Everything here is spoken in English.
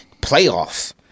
Playoffs